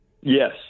Yes